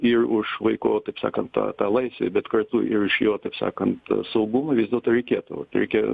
ir už vaiko taip sakant tą tą laisvę bet kartu ir iš jo taip sakant saugumui vis dėlto reikėtų vat reikia